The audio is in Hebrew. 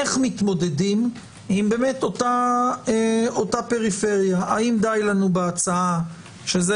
איך מתמודדים עם אותה פריפריה - האם די לנו בהצעה שזה